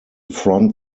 front